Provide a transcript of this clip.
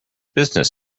business